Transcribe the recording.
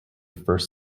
first